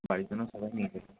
বাড়ির জন্য সবাই নিয়ে যাবে